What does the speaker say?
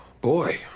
Boy